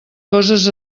coses